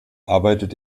arbeitet